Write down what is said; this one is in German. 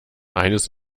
eines